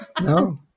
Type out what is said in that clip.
No